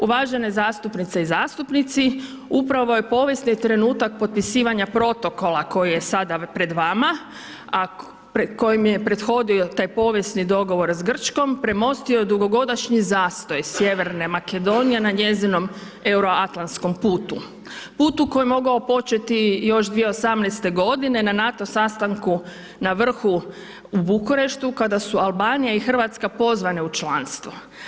Uvažene zastupnice i zastupnici upravo je povijesni trenutak potpisivanja protokola koji je sada pred vama, a kojim je prethodio taj povijesni dogovor s Grčkom, premostio je dugogodišnji zastoj sjeverne Makedonije na njezinom Euroatlantskom putu, putu koji je mogao početi još 2018.g. na NATO sastanku na vrhu u Bukureštu kada su Albanija i RH pozvane u članstvo.